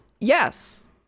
yes